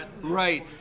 Right